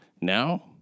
now